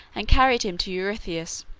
and carried him to eurystheus,